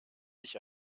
sich